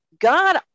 God